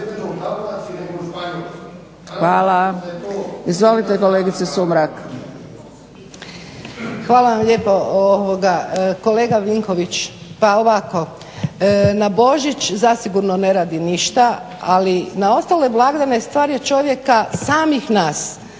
Hvala. Izvolite kolegice Sumrak. **Sumrak, Đurđica (HDZ)** Hvala vam lijepo. Kolega Vinković, pa ovako. Na Božić zasigurno ne radi ništa, ali na ostale blagdane stvar je čovjeka samih nas